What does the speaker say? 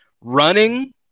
running